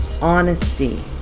honesty